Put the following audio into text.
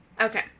Okay